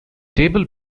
table